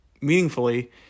meaningfully